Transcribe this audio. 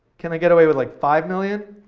can i get away with, like, five million?